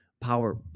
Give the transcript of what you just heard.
power